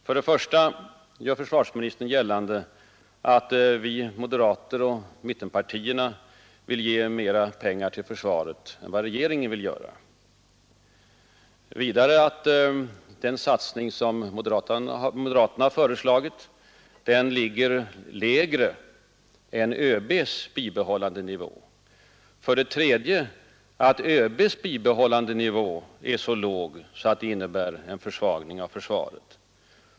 Försvarsministern gör för det första gällande att vi moderater och mittenpartierna ville ge mera pengar till försvaret än vad regeringen vill, för det andra att den satsning som moderaterna föreslagit ligger lägre än ÖB:s ”bibehållandenivå” och för det tredje att ÖB:s bibehållandenivå är så låg att den innebär en försvagning av försvaret.